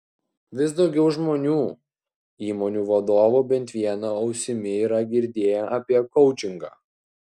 vis daugiau žmonių įmonių vadovų bent viena ausimi yra girdėję apie koučingą